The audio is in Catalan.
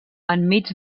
enmig